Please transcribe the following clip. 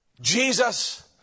Jesus